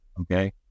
Okay